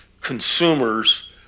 consumers